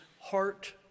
heart